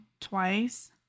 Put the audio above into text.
twice